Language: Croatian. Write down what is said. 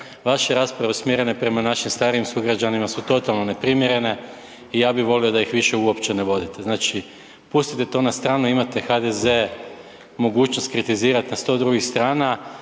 Vaše rasprave usmjerene prema našim starijim sugrađanima su totalno neprimjerene i ja bih volio da ih više uopće ne vodite. Znači pustite to na stranu, imate HDZ mogućnost kritizirati na sto drugih strana